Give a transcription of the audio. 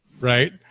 right